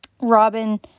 Robin